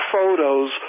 photos